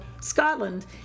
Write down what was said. Scotland